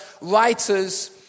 writers